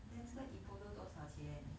then 这个 Ippudo 多少钱